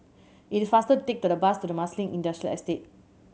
it is faster take the bus to Marsiling Industrial Estate